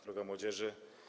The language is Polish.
Droga Młodzieży!